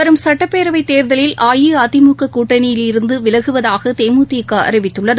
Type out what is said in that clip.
வரும் சட்டப்பேரவைத் தேர்தலில் அஇஅதிமுககூட்டணியிலிருந்துவிலகுவதாகதேமுதிகஅறிவித்துள்ளது